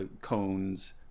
cones